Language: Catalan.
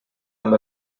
amb